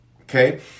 Okay